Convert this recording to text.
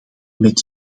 met